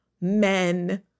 men